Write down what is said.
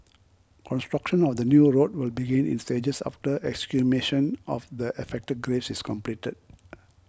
construction of the new road will begin in stages after exhumation of the affected graves is completed